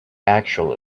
actually